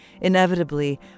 Inevitably